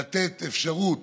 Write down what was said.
ולתת אפשרות